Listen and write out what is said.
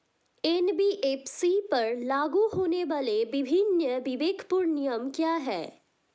NBFC पर लागू होने वाले विभिन्न विवेकपूर्ण नियम क्या हैं?